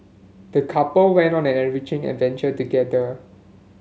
the couple went on an enriching adventure together